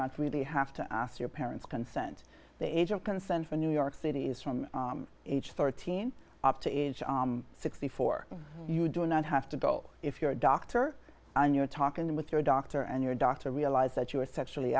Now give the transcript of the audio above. not really have to ask your parents consent the age of consent for new york city is from age fourteen up to age sixty four you do not have to go if you're a doctor and you're talking with your doctor and your doctor realize that you are sexually